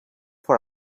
for